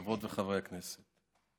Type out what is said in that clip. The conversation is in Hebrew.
חברות וחברי הכנסת,